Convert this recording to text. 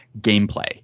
gameplay